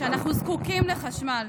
כשאנחנו זקוקים לחשמל,